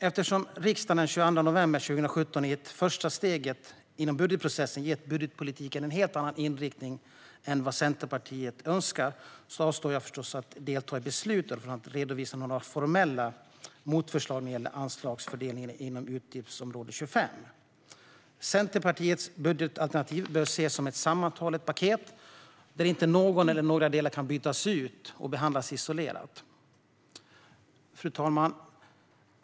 Eftersom riksdagen den 22 november 2017 gav budgetpolitiken en helt annan inriktning i det första steget i budgetprocessen än Centerpartiet önskar avstår jag förstås från att delta i beslutet och från att redovisa några formella motförslag när det gäller anslagsfördelningen inom utgiftsområde 25. Centerpartiets budgetalternativ bör ses som ett sammanhållet paket, där inga delar kan brytas ut och behandlas isolerat. Fru talman!